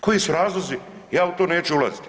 Koji su razlozi ja u to neću ulazit.